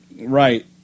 Right